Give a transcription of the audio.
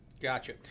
Gotcha